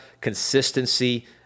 consistency